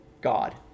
God